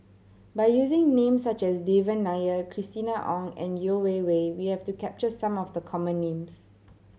by using names such as Devan Nair Christina Ong and Yeo Wei Wei we hope to capture some of the common names